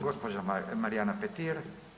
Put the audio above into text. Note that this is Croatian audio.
Gospođa Marijana Petir.